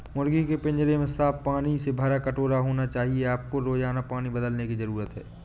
मुर्गी के पिंजरे में साफ पानी से भरा कटोरा होना चाहिए आपको रोजाना पानी बदलने की जरूरत है